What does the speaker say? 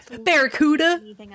Barracuda